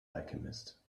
alchemists